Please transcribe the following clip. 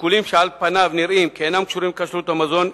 שיקולים שעל פניו נראים כאינם קשורים לכשרות המזון,